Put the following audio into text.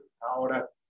ahora